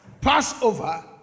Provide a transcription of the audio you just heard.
Passover